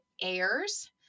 airs